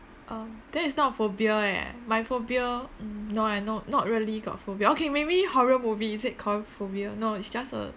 um that is not a phobia eh my phobia um no I no not really got phobia okay maybe horror movie is it called phobia no it's just a